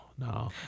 No